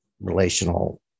relational